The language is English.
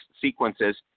sequences